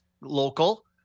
local